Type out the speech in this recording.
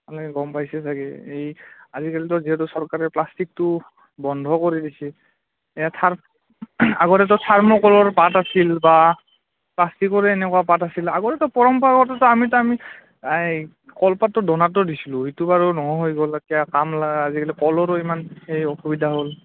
আপোনালোকে গম পাইছে চাগে এই আজিকালিতো যিহেতু চৰকাৰে প্লাষ্টিকটো বন্ধ কৰি দিছে এয়া থাৰ আগতেতো থাৰ্মকলৰ পাত আছিল বা প্লাষ্টিকৰে এনেকুৱা পাত আছিল আগতেতো পৰম্পৰাগততো আমিতো আমি এই কলপাতটো দনাটো দিছিলোঁ সেইটো বাৰু নোহোৱা হৈ গ'ল এতিয়া কামলা আজিকালি কলৰো ইমান সেই অসুবিধা হ'ল